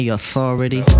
authority